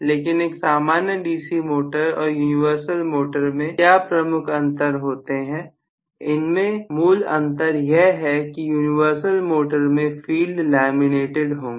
लेकिन एक सामान्य DC मोटर और यूनिवर्सल मोटर में क्या प्रमुख अंतर होते हैं इन में मूल अंतर यह है कि यूनिवर्सल मोटर में फील्ड लैमिनेटेड होंगी